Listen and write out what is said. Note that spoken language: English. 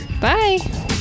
Bye